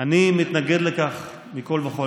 אני מתנגד לכך מכול וכול.